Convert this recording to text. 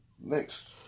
next